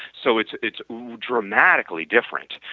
so it's it's dramatically different.